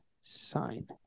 sign